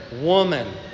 woman